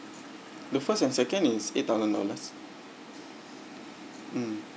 the first and second is eight thousand dollars mm